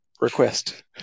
request